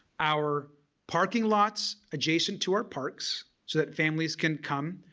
our parking lots adjacent to our parks so that families can come.